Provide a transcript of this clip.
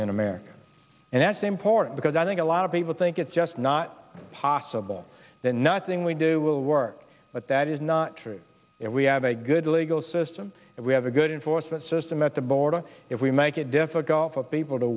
aggression in america and that's important because i think a lot of people think it's just not possible that nothing we do will work but that is not true if we have a good legal system and we have a good in force that system at the border if we make it difficult for people to